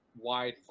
wide